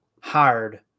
hired